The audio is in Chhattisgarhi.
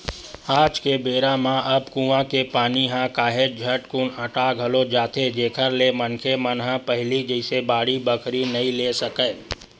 आज के बेरा म अब कुँआ के पानी ह काहेच झटकुन अटा घलोक जाथे जेखर ले मनखे मन ह पहिली जइसे बाड़ी बखरी नइ ले सकय